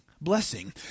blessing